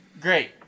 Great